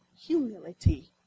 humility